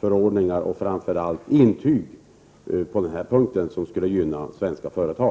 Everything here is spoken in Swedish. förordningar, och framför allt intyg, som kan gynna svenska företag.